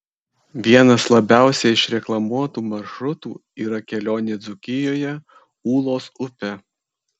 vienas labiausiai išreklamuotų maršrutų yra kelionė dzūkijoje ūlos upe